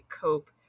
cope